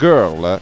Girl